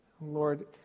Lord